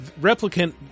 Replicant